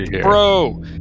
Bro